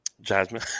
jasmine